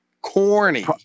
Corny